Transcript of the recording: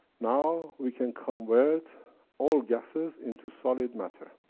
now, we can convert all gases into solid matter.